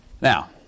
Now